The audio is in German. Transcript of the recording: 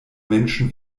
menschen